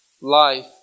life